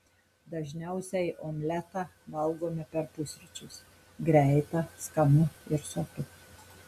dažniausiai omletą valgome per pusryčius greita skanu ir sotu